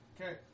Okay